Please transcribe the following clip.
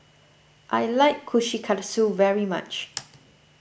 I like Kushikatsu very much